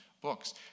books